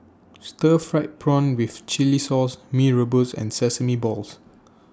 Stir Fried Prawn with Chili Sauce Mee Rebus and Sesame Balls